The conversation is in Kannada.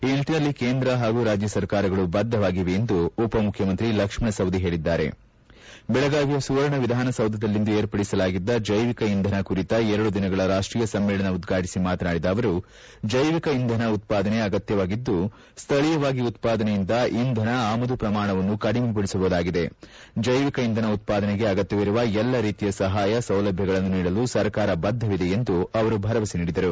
ಈ ನಿಟ್ಟನಲ್ಲಿ ಕೇಂದ್ರ ಹಾಗೂ ರಾಜ್ಯ ಸರ್ಕಾರಗಳು ಬದ್ದವಾಗಿವೆ ಎಂದು ಉಪಮುಖ್ಯಮಂತ್ರಿ ಲಕ್ಷ್ಮಣ ಸವದಿ ಹೇಳಿದ್ದಾರೆ ಬೆಳಗಾವಿಯ ಸುವರ್ಣ ವಿಧಾನಸೌಧದಲ್ಲಿಂದು ವಿರ್ಪಡಿಸಲಾಗಿದ್ದ ಟೈವಿಕ ಇಂಧನ ಕುರಿತ ಎರಡು ದಿನಗಳ ರಾಷ್ಷೀಯ ಸಮ್ಮೇಳನ ಉದ್ಘಾಟಿಸಿ ಮಾತನಾಡಿದ ಅವರು ಜೈವಿಕ ಇಂಧನ ಉತ್ಪಾದನೆ ಅತ್ಯಗತ್ಯವಾಗಿದ್ದು ಸ್ಥಳೀಯವಾಗಿ ಉತ್ಪಾದನೆಯಿಂದ ಇಂಧನ ಆಮದು ಪ್ರಮಾಣವನ್ನು ಕಡಿಮೆಗೊಳಿಸಬಹುದು ಜೈವಿಕ ಇಂಧನ ಉತ್ಪಾದನೆಗೆ ಅಗತ್ಯವಿರುವ ಎಲ್ಲ ರೀತಿಯ ಸಹಾಯ ಸೌಲಭ್ಯಗಳನ್ನು ನೀಡಲು ಸರ್ಕಾರ ಬದ್ದವಿದೆ ಎಂದು ಭರವಸೆ ನೀಡಿದರು